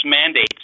mandate